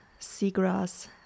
seagrass